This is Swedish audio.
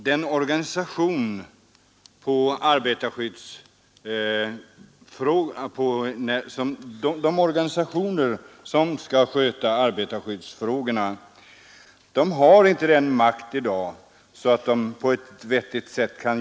De organisationer som skall sköta arbetarskyddsfrågorna har dock inte i dag sådan makt att de kan göra detta på ett vettigt sätt.